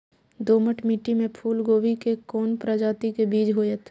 दोमट मिट्टी में फूल गोभी के कोन प्रजाति के बीज होयत?